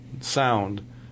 sound